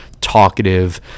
talkative